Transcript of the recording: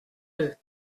deux